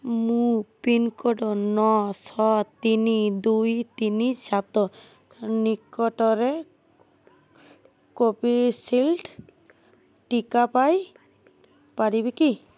ମୁଁ ପିନ୍କୋଡ଼୍ ନଅ ଛଅ ତିନି ଦୁଇ ତିନି ସାତ ନିକଟରେ କୋଭିଶିଲଡ଼୍ ଟିକା ପାଇ ପାରିବି କି